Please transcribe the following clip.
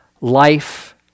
life